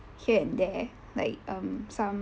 here and there like um some